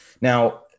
Now